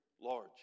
large